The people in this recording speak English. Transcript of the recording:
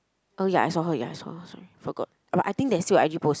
oh ya I saw her ya I saw her sorry forgot but I think there's still got I_G post